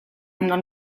non